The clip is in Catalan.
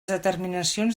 determinacions